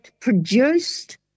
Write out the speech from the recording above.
produced